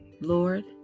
Lord